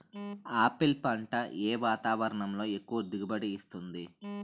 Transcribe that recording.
Apple పంట ఏ వాతావరణంలో ఎక్కువ దిగుబడి ఇస్తుంది?